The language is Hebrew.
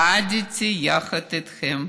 צעדתי יחד איתכם